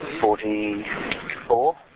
forty-four